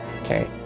Okay